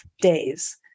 days